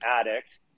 addict